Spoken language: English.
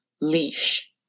leash